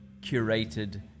curated